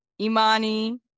Imani